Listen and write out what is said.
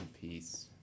peace